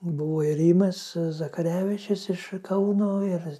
buvo ir rimas zakarevičius iš kauno ir